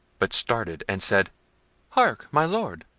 but started, and said hark, my lord!